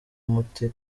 umuti